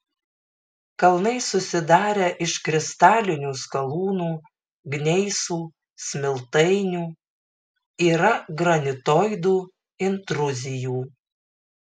kalnai susidarę iš kristalinių skalūnų gneisų smiltainių yra granitoidų intruzijų